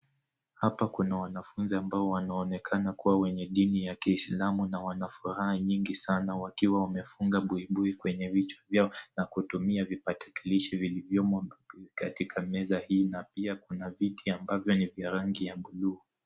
Hapa kunawanfunzi ambao wanaonekana kuwa wenye dini ya kiislamu na furaha nyingi wakiwa wamefunga buibui kwenye vichwa vyao na kutumia vipakarilishi vilivyomo katika meza hii na pia kuna viti ambavyo ni vya rangia ya [blue].